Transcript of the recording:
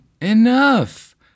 Enough